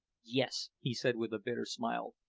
yes, he said with a bitter smile,